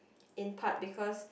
in part because